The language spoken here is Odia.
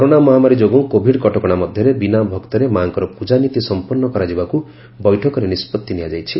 କରୋନା ମହାମାରୀ ଯୋଗୁଁ କୋଭିଡ୍ କଟକଶା ମଧ୍ଧରେ ବିନା ଭକ୍ତରେ ମାଙ୍କର ପୂକାନୀତି ସମ୍ମନୁ କରାଯିବାକୁ ବେଠକରେ ନିଷ୍ବଉି ନିଆଯାଇଛି